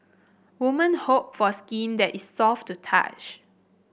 woman hope for skin that is soft to touch